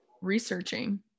researching